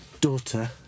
Daughter